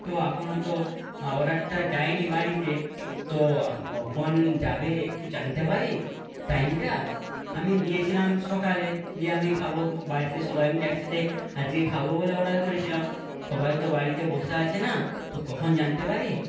তো এখনও তো অর্ডারটা যায় নি বাড়িতে তো কখন যাবে একটু জানতে পারি টাইমটা আমি দিয়েছিলাম সকালে দিয়ে আমি খাবো বাড়িতে সবাই মিলে একসাথে আজকে খাবো বলে অর্ডার করেছিলাম সবাই তো বাড়িতে বসে আছে না তো কখন জানতে পারি